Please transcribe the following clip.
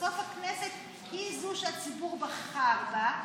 בסוף הכנסת היא זו שהציבור בחר בה,